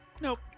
Nope